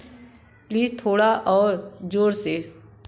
please थोड़ा और ज़ोर से